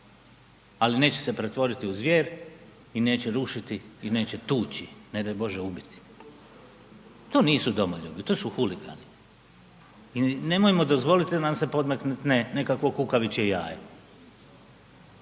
ali neće se pretvoriti u zvjer i neće rušiti i neće tući, ne daj Bože ubiti, to nisu domoljubi, to su huligani i nemojmo dozvoliti da nam se podmetne nekakvo kukavičje jaje.